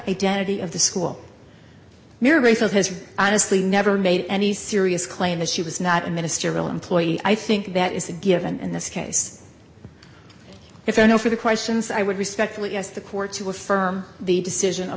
identity of the school has honestly never made any serious claim that she was not a ministerial employee i think that is a given in this case if you know for the questions i would respectfully ask the court to affirm the decision of